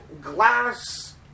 glass